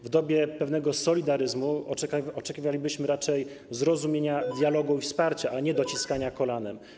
W dobie pewnego solidaryzmu oczekiwalibyśmy raczej zrozumienia, dialogu i wsparcia, a nie dociskania kolanem.